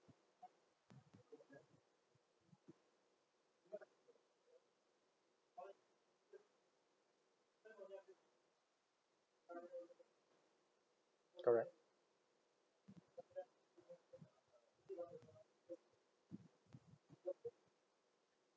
correct